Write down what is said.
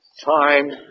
time